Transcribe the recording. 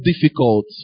difficult